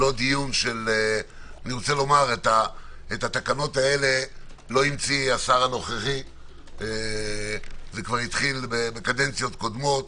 את התקנות הללו לא המציא השר הנוכחי; זה התחיל מקדנציות קודמות,